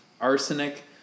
arsenic